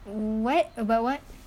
mm what about what